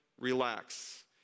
relax